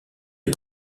est